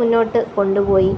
മുന്നോട്ട് കൊണ്ട് പോയി